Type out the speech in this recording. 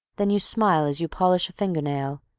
then you smile as you polish a finger-nail,